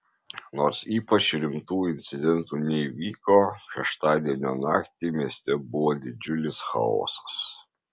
nors ypač rimtų incidentų neįvyko šeštadienio naktį mieste buvo didžiulis chaosas